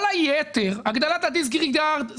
הגדלת ה-דיסריגרד,